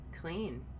clean